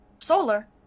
solar